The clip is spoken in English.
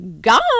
gone